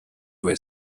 were